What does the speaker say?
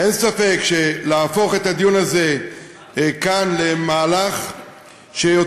אין ספק שלהפוך את הדיון הזה כאן למהלך שיוצר